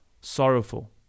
sorrowful